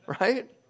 right